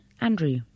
Andrew